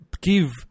give